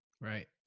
Right